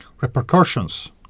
repercussions